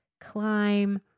climb